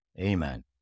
amen